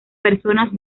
personas